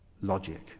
logic